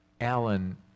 Alan